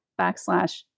backslash